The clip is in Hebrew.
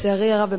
לצערי הרב,